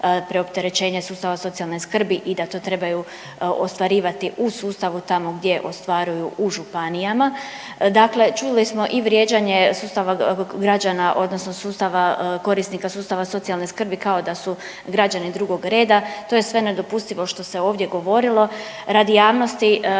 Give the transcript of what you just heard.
preopterećenje sustava socijalne skrbi i da to trebaju ostvarivati u sustavu tamo gdje ostvaruju u županijama. Dakle, čuli smo i vrijeđanje sustava građana, odnosno sustava, korisnika sustava socijalne skrbi kao da su građani drugog reda. To je sve nedopustivo što ste ovdje govorilo. Radi javnosti